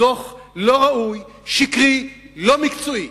דוח לא ראוי, שקרי, לא מקצועי,